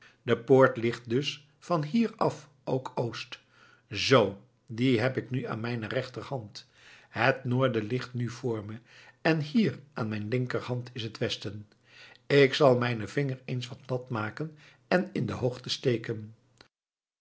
de poort ligt dus van hier af ook oost zoo die heb ik nu aan mijne rechterhand het noorden ligt nu voor me en hier aan mijne linkerhand is het westen ik zal mijnen vinger eens nat maken en in de hoogte steken